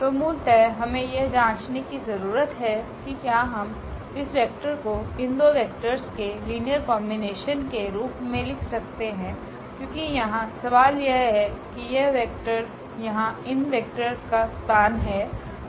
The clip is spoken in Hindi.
तो मूलतः हमे यह जाँचने कि जरूरत है कि क्या हम इस वेक्टर को इन दो वेक्टर्स के लीनियर कॉम्बिनेशन के रूप मे लिख सकते है क्योकि यहाँ सवाल यह है कि यह वेक्टर यहाँ इन वेक्टर्स का स्पान हैं